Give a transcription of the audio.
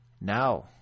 Now